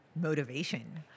motivation